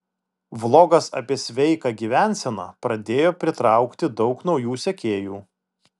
vlogas apie sveiką gyvenseną pradėjo pritraukti daug naujų sekėjų